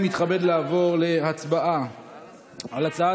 אנחנו שלוש שנים אחרי 2017. 2. מה השר עושה כדי להגדיל שיעור